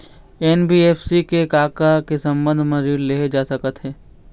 NBFC से का का के संबंध म ऋण लेहे जा सकत हे?